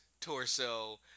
torso